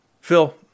Phil